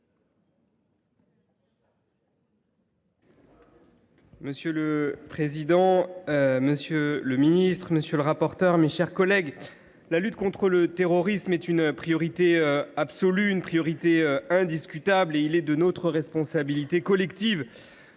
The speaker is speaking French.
Monsieur le président, monsieur le ministre, mes chers collègues, la lutte contre le terrorisme est une priorité absolue et indiscutable ; il est de notre responsabilité collective